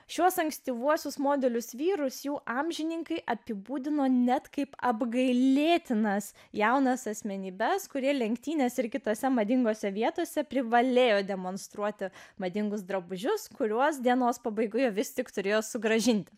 šiuos ankstyvuosius modelius vyrus jų amžininkai apibūdino net kaip apgailėtinas jaunas asmenybes kurie lenktynes ir kitose madingose vietose privalėjo demonstruoti madingus drabužius kuriuos dienos pabaigoje visi turėjo sugrąžinti